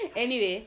anyway